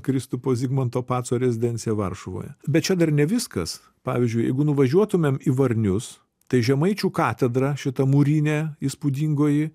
kristupo zigmanto paco rezidencija varšuvoje bet čia dar ne viskas pavyzdžiui jeigu nuvažiuotumėm į varnius tai žemaičių katedra šita mūrinė įspūdingoji